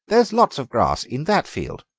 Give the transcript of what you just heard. there's lots of grass in that field.